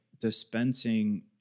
dispensing